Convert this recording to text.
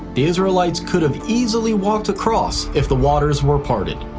the israelites could have easily walked across if the waters were parted.